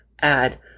add